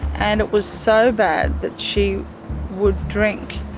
and it was so bad that she would drink.